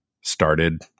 started